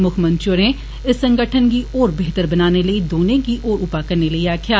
मुक्खमंत्री होरें इस संगठन गी होर बेहतर बनाने लेई दौनें गी होर उपा करने लेई आक्खेआ